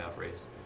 race